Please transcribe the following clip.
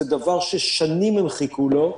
זה דבר ששנים הם חיכו לו,